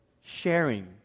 sharing